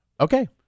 Okay